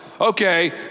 Okay